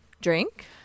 Drink